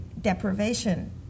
deprivation